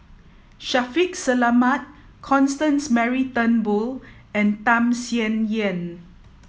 Shaffiq Selamat Constance Mary Turnbull and Tham Sien Yen